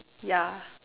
yeah